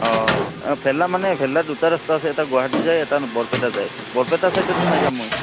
অঁ ভেল্লা মানে ভেল্লা দুটা ৰাস্তা আছে এটা গুৱাহাটী যায় এটা বৰপেটা যায় বৰপেটা ছাইডত সোমাই যাম মই